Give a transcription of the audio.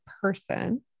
person